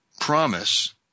promise